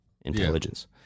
intelligence